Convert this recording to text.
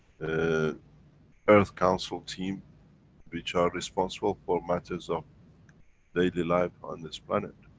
ah earth council team which are responsible for matters of daily life on this planet.